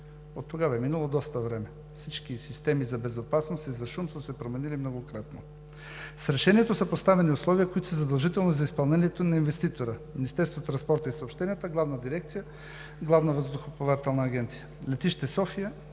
Оттогава е минало доста време. Всички системи за безопасност и за шум са се променили многократно. С Решението са поставени условия, които са задължителни за изпълнението на инвеститора: Министерството на транспорта и съобщенията – Главната дирекция „Главна въздухоплавателна администрация“ и „Летище София“